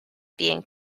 being